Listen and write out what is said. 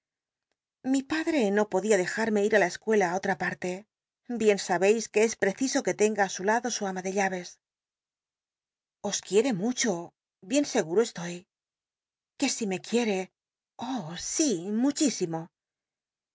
ili padl'c no podría dejarme ir á la escuela otra parlc bien sabeis que es preciso que tenga su lado su ama de lhwes os quiere mucho bien seguro estoy i que si me quiere oh sí muchísimo